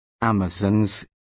amazons